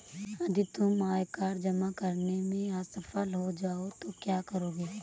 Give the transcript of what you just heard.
यदि तुम आयकर जमा करने में असफल हो जाओ तो क्या करोगे?